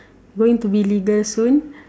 going to be legal soon